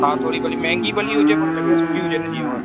हा थोरी भली महांगी भली हुजे पर जॻह सुठी हुजे हिनजी हूअं